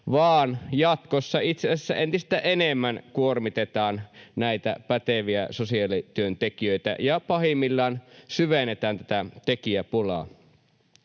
vaan jatkossa itse asiassa entistä enemmän kuormitetaan näitä päteviä sosiaalityöntekijöitä ja pahimmillaan syvennetään tätä tekijäpulaa.